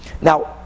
Now